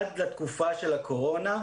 עד לתקופה של הקורונה,